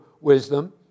Wisdom